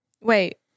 Wait